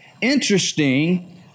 interesting